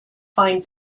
fine